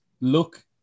look